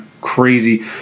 crazy